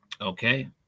Okay